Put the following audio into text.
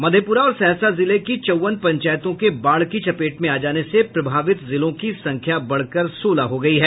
मधेपुरा और सहरसा जिले के चौवन पंचायतों के बाढ़ की चपेट में आ जाने से प्रभावित जिलों की संख्या बढ़कर सोलह हो गयी है